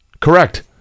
Correct